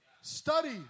Study